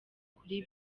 kuri